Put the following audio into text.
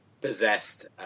possessed